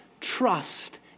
trust